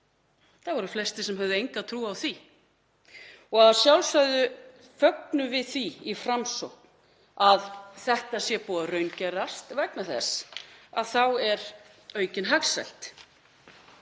Það voru flestir sem höfðu enga trú á því. Að sjálfsögðu fögnum við því í Framsókn að þetta sé búið að raungerast vegna þess að þá er aukin hagsæld.